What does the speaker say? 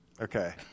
Okay